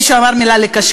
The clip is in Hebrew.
מישהו אמר את המילה "לקשקש",